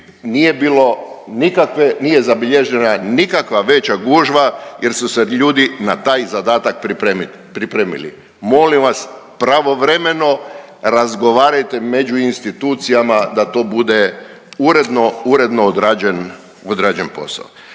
nije bilo nikakve, nije zabilježena nikakva veća gužva jer su se ljudi na taj zadatak pripremili. Molim vas pravovremeno razgovarajte među institucijama da to bude uredno, uredno